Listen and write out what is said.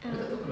ah